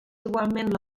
igualment